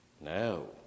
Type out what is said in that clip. No